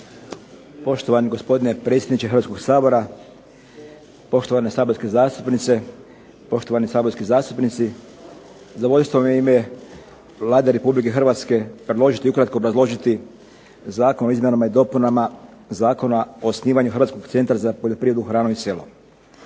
Poštovani gospodine predsjedniče Hrvatskog sabora, poštovane saborske zastupnice, poštovani saborski zastupnici. Zadovoljstvo mi je u ime Vlade Republike Hrvatske predložiti i ukratko obrazložiti Zakon o izmjenama i dopunama Zakona o osnivanju Hrvatskog centra za poljoprivredu, hranu i selo.